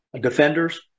defenders